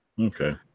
Okay